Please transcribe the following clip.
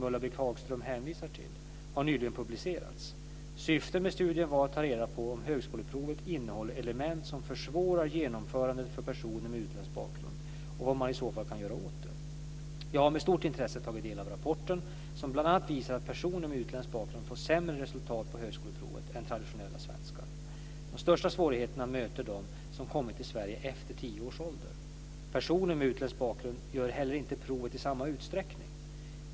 Ulla-Britt Hagström hänvisar till, har nyligen publicerats . Syftet med studien var att ta reda på om högskoleprovet innehåller element som försvårar genomförandet för personer med utländsk bakgrund och vad man i så fall kan göra åt det. Jag har med stort intresse tagit del av rapporten, som bl.a. visar att personer med utländsk bakgrund får sämre resultat på högskoleprovet än traditionella svenskar. De största svårigheterna möter de som kommit till Sverige efter tio års ålder. Personer med utländsk bakgrund gör inte heller provet i samma utsträckning.